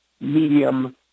medium